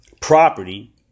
property